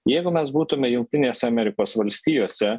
jeigu mes būtume jungtinėse amerikos valstijose